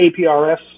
APRS